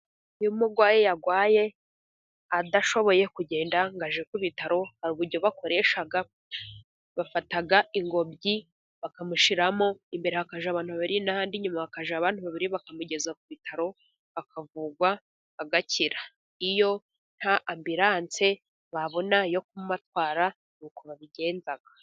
Iyo umurwaye yarwaye adashoboye kugenda ngo ajye ku bitaro, hari uburyo bakoresha. Bafata ingobyi bakamushiramo, imbere hakajya abantu baribiri n'ahandi inyuma hakajya abandi babiri, bakamugeza ku bitaro akavurwa, agakira. Iyo nta ambilanse babona yo kumutwara, ni uko babigenza.